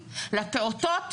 לפעוטות,